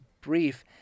brief